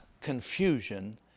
confusion